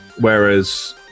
Whereas